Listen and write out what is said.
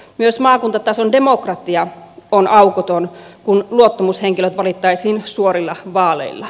myös maakuntatason demokratia on aukoton kun luottamushenkilöt valittaisiin suorilla vaaleilla